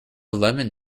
lemon